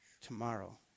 Tomorrow